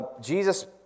Jesus